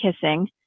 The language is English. kissing